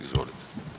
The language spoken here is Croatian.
Izvolite.